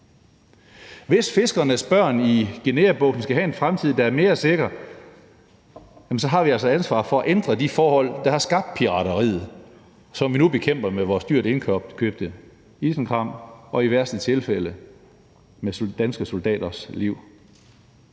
Hvis fiskernes børn i Guineabugten skal have en fremtid, der er mere sikker, så har vi altså et ansvar for at ændre de forhold, der har skabt pirateriet, som vi nu bekæmper med vores dyrt indkøbte isenkram og i værste tilfælde med danske soldaters liv.